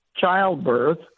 childbirth